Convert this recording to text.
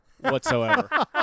whatsoever